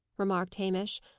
remarked hamish.